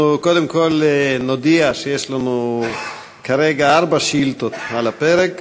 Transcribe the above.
אנחנו קודם כול נודיע שיש לנו כרגע ארבע שאילתות על הפרק.